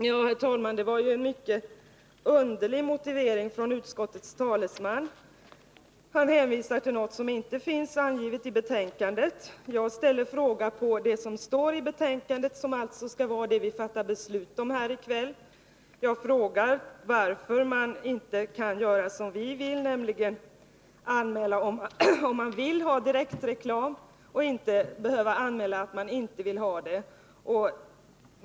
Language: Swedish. Herr talman! Det var en underlig motivering utskottets talesman kom med. Han hänvisade till något som inte finns omtalat i betänkandet. Men jag frågade om det som står i betänkandet och som vi skall fatta beslut om här i kväll. Jag frågar varför man inte kan göra som vi vill, nämligen kräva anmälan om man vill ha direktreklam, så att man inte behöver anmäla om man inte vill ha det.